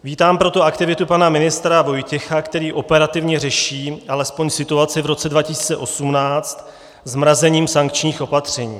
Vítám proto aktivitu pana ministra Vojtěcha, který operativně řeší alespoň situaci v roce 2018 zmrazením sankčních opatření.